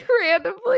randomly